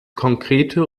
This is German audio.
konkrete